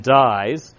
dies